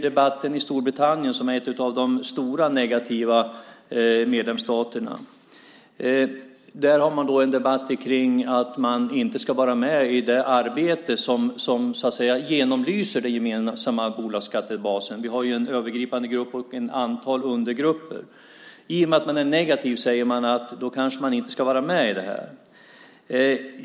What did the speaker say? I Storbritannien, som ju är en av de stora negativa medlemsstaterna, har man en debatt kring att man inte ska vara med i det arbete som genomlyser den gemensamma bolagsskattebasen. Vi har ju en övergripande grupp och ett antal undergrupper. I och med att man är negativ ska man kanske inte vara med i detta, säger man.